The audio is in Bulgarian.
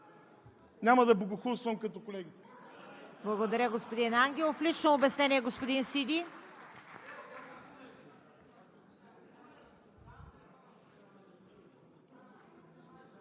Няма да богохулствам като колегите.